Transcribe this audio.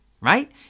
right